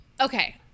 Okay